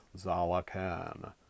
Zalakan